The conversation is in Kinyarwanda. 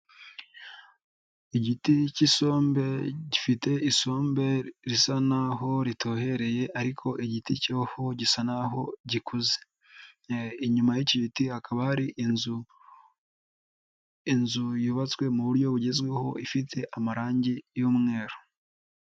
Igiti cy'isombe gifite isombe risa naho ritohereye ariko igiti cyo gisa naho gikuze, inyuma y'iki giti hakaba hari inzu yubatswe mu buryo bugezweho, ifite amarangi y'umweru.